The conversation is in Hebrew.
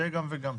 שיהיה גם וגם.